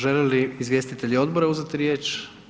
Žele li izvjestitelji odbora uzeti riječ?